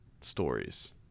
stories